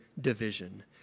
division